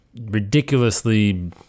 ridiculously